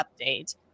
update